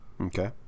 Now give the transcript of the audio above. okay